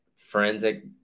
forensic